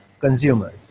consumers